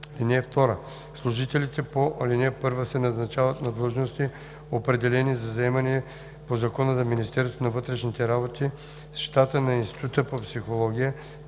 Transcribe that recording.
години. (2) Служителите по ал. 1 се назначават на длъжности, определени за заемане по Закона за Министерството на вътрешните работи, с щата на Института по психология,